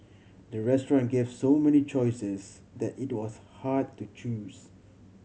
the restaurant gave so many choices that it was hard to choose